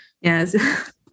Yes